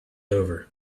over